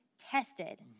tested